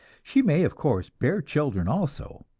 she may, of course, bear children also.